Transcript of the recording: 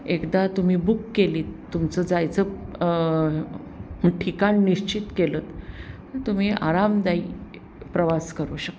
एकदा तुम्ही बुक केली तुमचं जायचं मग ठिकाण निश्चित केलंत तुम्ही आरामदायी प्रवास करू शकता